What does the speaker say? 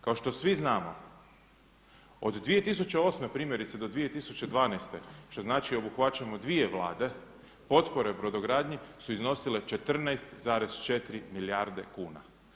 Kao što svi znamo od 2008. primjerice do 2012. što znači obuhvaćamo dvije vlade, potpore brodogradnji su iznosile 14,4 milijarde kuna.